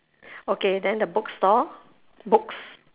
okay then the bookstore books